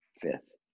fifth